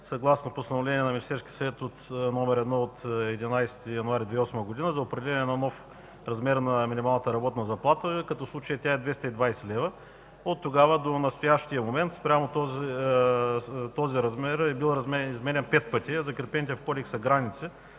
съгласно Постановление № 1 на Министерския съвет от 11 януари 2008 г. за определяне на нов размер на минималната работна заплата, като в случая тя е 220 лв. Оттогава до настоящия момент този размер е бил изменян пет пъти, а закрепените в Кодекса граници,